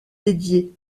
dédiée